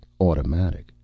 automatic